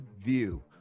view